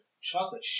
Chocolate